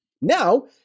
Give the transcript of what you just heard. now